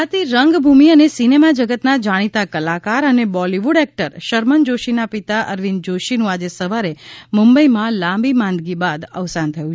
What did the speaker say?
અરવિંદ જોશી ગુજરાતી રંગભૂમિ અને સિનેમા જગતના જાણીતા કલાકાર અને બોલિવુડ એક્ટર શરમન જોશીના પિતા અરવિંદ જોશીનું આજે સવારે મૂંબઈમાં લાંબી માંદગી બાદ અવસાન થયું